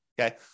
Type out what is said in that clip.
Okay